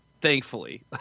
thankfully